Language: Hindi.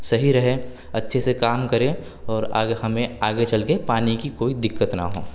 सही रहे अच्छे से कम करे और आगे हमें आगे चलकर पानी की कोई दिक्कत ना हो